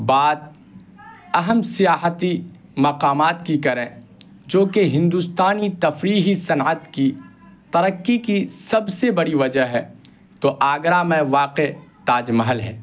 بات اہم سیاحتی مقامات کی کریں جو کہ ہندوستانی تفریحی صنعت کی ترقی کی سب سے بڑی وجہ ہے تو آگرہ میں واقع تاج محل ہے